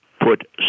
put